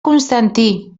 constantí